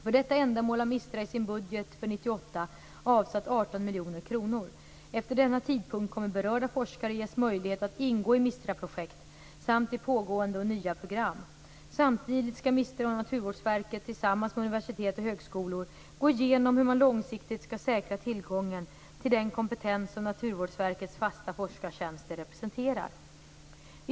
För detta ändamål har MISTRA i sin budget för år 1998 avsatt 18 miljoner kronor. Efter denna tidpunkt kommer berörda forskare att ges möjlighet att ingå i MISTRA-projekt samt i pågående och nya program. Samtidigt skall MISTRA och Naturvårdsverket tillsammans med universitet och högskolor gå igenom hur man långsiktigt skall säkra tillgången till den kompetens som Naturvårdsverkets fasta forskartjänster representerar.